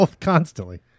constantly